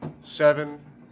seven –